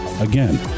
Again